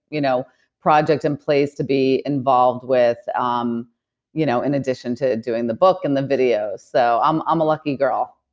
you know project in place to be involved with ah um you know in addition to doing the book and the videos. so i'm um a lucky girl